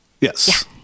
yes